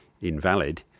invalid